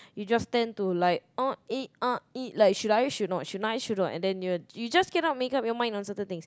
you just tend to like uh eh uh eh like should I should not should I should not and then you are you just cannot make up your mind on certain things